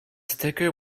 sticker